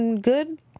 good